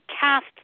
cast